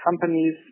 companies